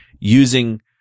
using